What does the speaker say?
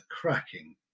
cracking